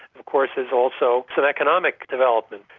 of course there's also some economic development.